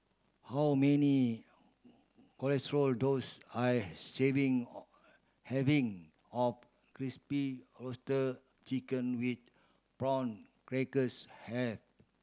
how many roar does I serving having or Crispy Roasted Chicken with Prawn Crackers have